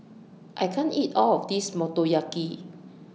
I can't eat All of This Motoyaki